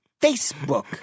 Facebook